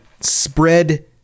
spread